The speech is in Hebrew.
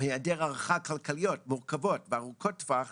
מהיעדר הערכות כלכליות מורכבות וארוכות טווח